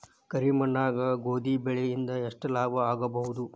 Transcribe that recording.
ಕರಿ ಮಣ್ಣಾಗ ಗೋಧಿ ಬೆಳಿ ಇಂದ ಎಷ್ಟ ಲಾಭ ಆಗಬಹುದ?